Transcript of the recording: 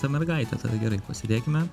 ta mergaitė tada gerai pasėdėkime